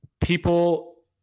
people